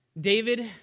David